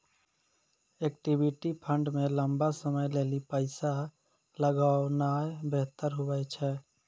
equity fund मे लंबा समय लेली पैसा लगौनाय बेहतर हुवै छै